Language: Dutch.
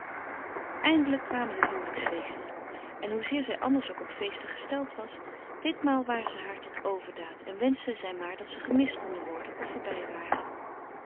eindelijk kwamen de huwelijksfeesten en hoezeer zij anders ook op feesten gesteld was ditmaal waren ze haar tot overdaad en wenschte zij maar dat ze gemist konden worden of voorbij waren